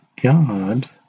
God